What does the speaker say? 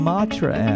Matra